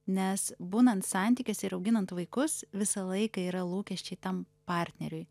nes būnant santykiuose ir auginant vaikus visą laiką yra lūkesčiai tam partneriui